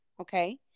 okay